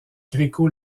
gréco